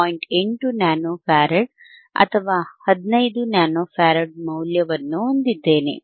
8 nano farad ಅಥವಾ 15 nano farad ಮೌಲ್ಯವನ್ನು ಹೊಂದಿದ್ದೇನೆ